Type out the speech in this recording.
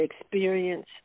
experience